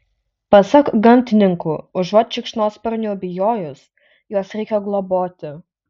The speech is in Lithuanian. pasak gamtininkų užuot šikšnosparnių bijojus juos reikia globoti